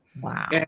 Wow